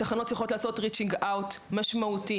התחנות צריכות לעשות ריצ'ינג אווט משמעותי